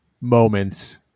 moments